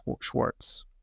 Schwartz